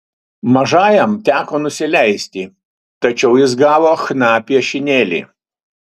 mažajam teko nusileisti tačiau jis gavo chna piešinėlį